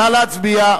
נא להצביע.